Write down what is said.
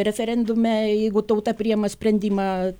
referendume jeigu tauta priima sprendimą